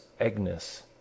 agnes